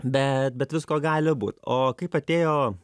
bet bet visko gali būt o kaip atėjo